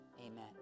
Amen